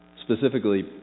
Specifically